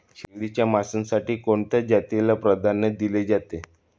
शेळीच्या मांसासाठी कोणत्या जातीला प्राधान्य दिले जाते?